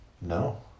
No